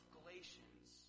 Galatians